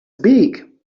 beak